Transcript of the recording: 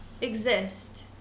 exist